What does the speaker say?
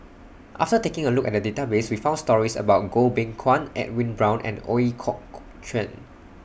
after taking A Look At The Database We found stories about Goh Beng Kwan Edwin Brown and Ooi Kok Chuen